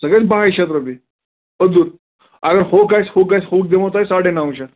سُہ گَژھِ باہٕے شَتھ رۄپیہِ اوٚدُر اَگر ہوٚکھ آسہِ ہوٚکھ گَژھِ ہوٚکھ دِمہو تۄہہِ ساڑَے نَو شَتھ